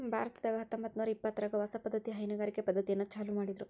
ಭಾರತದಾಗ ಹತ್ತಂಬತ್ತನೂರಾ ಇಪ್ಪತ್ತರಾಗ ಹೊಸ ಪದ್ದತಿಯ ಹೈನುಗಾರಿಕೆ ಪದ್ದತಿಯನ್ನ ಚಾಲೂ ಮಾಡಿದ್ರು